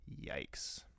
Yikes